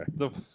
Okay